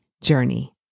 journey